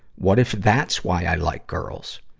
what if that's why i like girls?